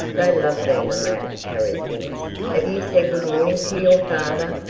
they loved being allowed to carry things. have you said good morning to your father?